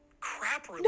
crap